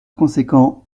conséquent